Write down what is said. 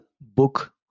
book